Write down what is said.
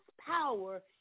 power